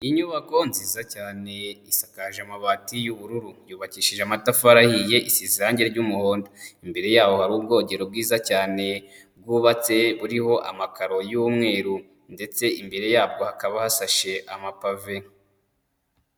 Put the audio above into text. Inyubako nziza cyane isakaje amabati y'ubururu, yubakishije amatafari ahiye isize irangi ry'umuhondo, imbere yaho hari ubwogero bwiza cyane bwubatse buriho amakaro y'umweru ndetse imbere yabwo hakaba hasashe amapave.